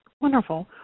Wonderful